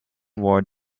war